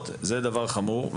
זה דבר חמור.